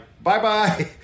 bye-bye